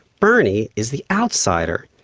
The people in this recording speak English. bernie is the outsider.